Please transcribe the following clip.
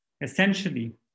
essentially